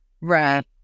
Right